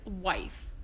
wife